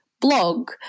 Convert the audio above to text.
blog